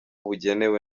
bugenewe